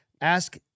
ask